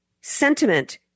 sentiment